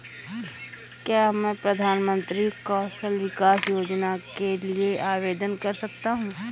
क्या मैं प्रधानमंत्री कौशल विकास योजना के लिए आवेदन कर सकता हूँ?